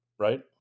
Right